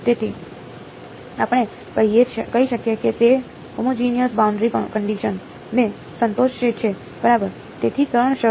તેથી આપણે કહી શકીએ કે તે હોમોજિનિયસ બાઉન્ડરી કંડિશન ને સંતોષે છે બરાબર તેથી ત્રણ શરતો